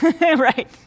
right